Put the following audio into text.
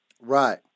Right